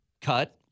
cut